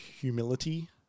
humility